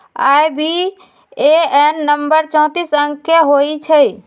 IBAN number चौतीस अंक के होइ छइ